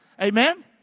Amen